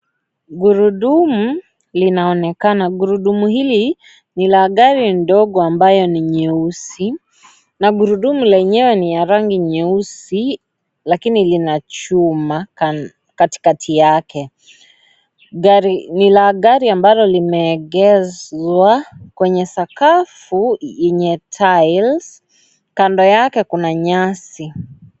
Gurudumu linaonekana, gurudumu hili ni la gari ndogo ambayo ni nyeusi na gurudumu lenyewe ni ya rangi nyeusi lakini lina chuma katikati yake. Ni la gari ambalo limeegeshwa kwenye sakafu yenye (CS)tiles(CS),kando yake kuna nyasi.